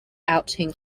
outing